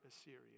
Assyria